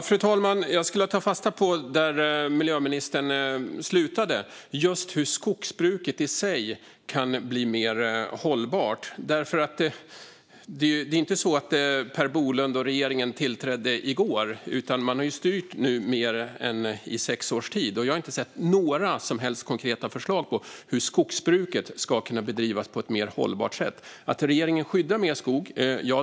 Fru talman! Jag skulle vilja ta fasta på det som miljöministern slutade med, just hur skogsbruket i sig kan bli mer hållbart. Det är ju inte så att Per Bolund och regeringen tillträdde i går, utan man har nu styrt i mer än sex års tid. Jag har inte sett några som helst konkreta förslag på hur skogsbruket ska kunna bedrivas på ett mer hållbart sätt. Ja, regeringen skyddar mer skog.